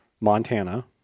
montana